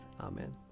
Amen